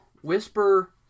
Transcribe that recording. whisper